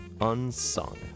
Unsung